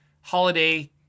holiday